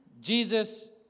Jesus